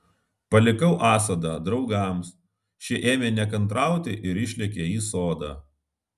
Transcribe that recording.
palikau asadą draugams šie ėmė nekantrauti ir išlėkė į sodą